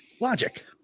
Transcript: Logic